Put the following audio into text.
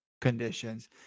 conditions